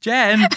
Jen